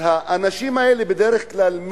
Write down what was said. בדרך כלל,